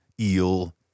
eel